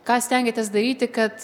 ką stengiatės daryti kad